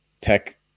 tech